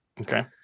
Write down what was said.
Okay